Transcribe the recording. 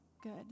good